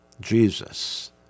Jesus